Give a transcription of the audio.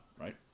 right